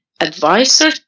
advisor